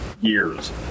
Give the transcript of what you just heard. years